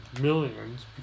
millions